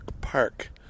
Park